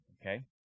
okay